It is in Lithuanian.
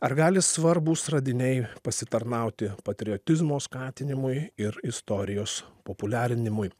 ar gali svarbūs radiniai pasitarnauti patriotizmo skatinimui ir istorijos populiarinimui